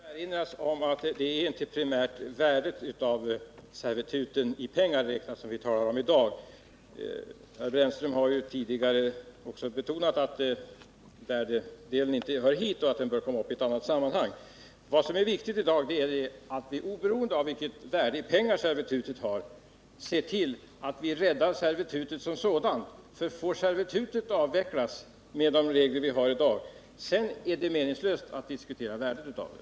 Herr talman! Det skall erinras om att det inte är primärt värdet av servituten i pengar räknat som vi talar om i dag. Herr Brännström har tidigare också betonat att värdedelen inte hör hit och att den bör komma in i ett annat sammanhang. Vad som är viktigt i dag är att vi, oberoende av vilket värde i pengar servitutet har, ser till att vi räddar servitutet som sådant, för om servitutet får avvecklas med de regler vi har i dag är det meningslöst att diskutera värdet av det.